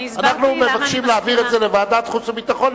אנחנו מבקשים להעביר את זה לוועדת החוץ והביטחון,